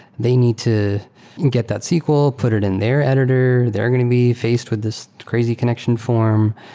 they need to and get that sql, put it in their editor, they're going to be faced with this crazy connection form.